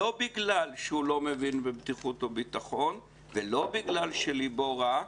לא בגלל שהוא לא מבין בבטיחות וביטחון ולא בגלל שליבו רע,